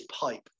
pipe